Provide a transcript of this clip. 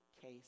case